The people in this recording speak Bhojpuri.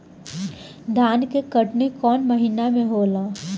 धान के कटनी कौन महीना में होला?